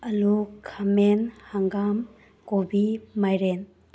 ꯑꯂꯨ ꯈꯥꯃꯦꯟ ꯍꯪꯒꯥꯝ ꯀꯣꯕꯤ ꯃꯥꯏꯔꯦꯟ